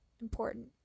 important